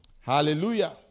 Hallelujah